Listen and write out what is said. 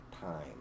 time